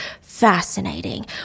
fascinating